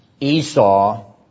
Esau